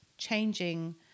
changing